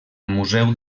museu